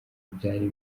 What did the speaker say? byari